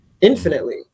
infinitely